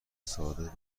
صادق